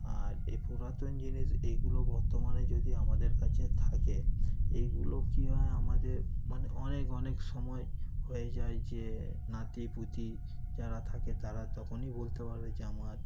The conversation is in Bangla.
আর এ পুরাতন জিনিস এগুলো বর্তমানে যদি আমাদের কাছে থাকে এগুলো কী হয় আমাদের মানে অনেক অনেক সময় হয়ে যায় যে নাতি পুতি যারা থাকে তারা তখনই বলতে পারবে যে আমার